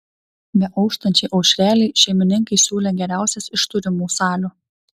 beauštančiai aušrelei šeimininkai siūlė geriausias iš turimų salių